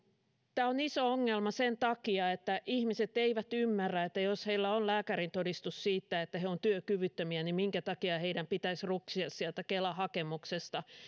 tämä on iso ongelma sen takia että ihmiset eivät ymmärrä että jos heillä on lääkärintodistus siitä että he ovat työkyvyttömiä niin minkä takia heidän pitäisi ruksia sieltä kelan hakemuksesta